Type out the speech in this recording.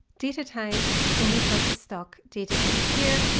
data types. and we have the stock data type here.